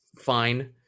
fine